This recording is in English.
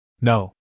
No